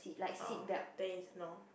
orh then he snore